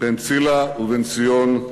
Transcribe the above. בן צילה ובנציון,